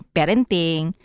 Parenting